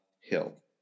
hill